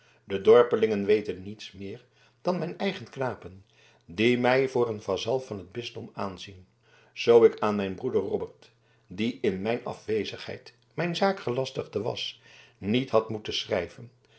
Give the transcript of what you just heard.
de dorpelingen weten niets meer dan mijn eigene knapen die mij voor een vazal van t bisdom aanzien zoo ik aan mijn broeder robbert die in mijn afwezendheid mijn zaakgelastigde was niet had moeten schrijven